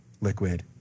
liquid